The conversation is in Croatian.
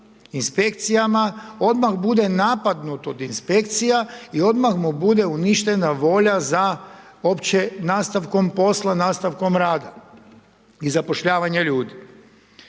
inspekcijama, odmah bude napadnut od inspekcija i odmah mu bude uništena volja za opće nastavkom posla, nastavkom rada i zapošljavanja ljudi.